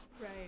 Right